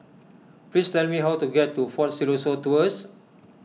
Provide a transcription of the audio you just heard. please tell me how to get to fort Siloso Tours